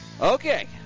Okay